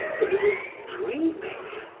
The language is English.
that he was dreaming.